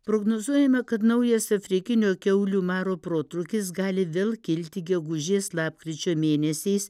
prognozuojama kad naujas afrikinio kiaulių maro protrūkis gali vėl kilti gegužės lapkričio mėnesiais